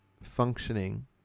functioning